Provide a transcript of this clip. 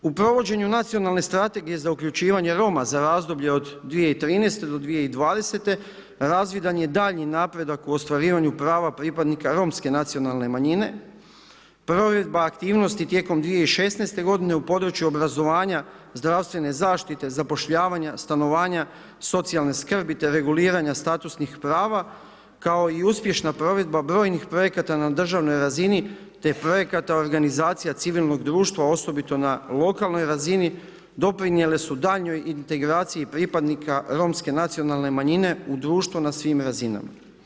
U provođenju nacionalne strategije za uključivanje Roma za razdoblje za 2013. do 2020. razvidan je daljnji napredak u ostvarivanju prava pripadnika Romske nacionalne manjine, provedba aktivnosti tijekom 2016. g. u području obrazovanja zdravstvene zaštite, zapošljavanje, stanovanja socijalne skrbi te reguliranje statusnih prava, kao i uspješna provedba brojnih projekata na državnoj razini te projekata organizacija civilnog društva osobito na lokalnoj razini doprinijele su daljnjoj integraciji pripadnika Romske nacionalne manjine u društvu na svim razinama.